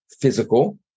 physical